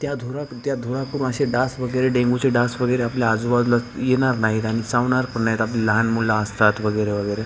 त्या धुरात् क् त्या धुराकडून असे डास वगैरे डेंगूचे डास वगैरे आपल्या आजूबाजूला येणार नाहीत आणि चावणार पण नाहीत आपली लहान मुलं असतात वगैरे वगैरे